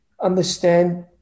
understand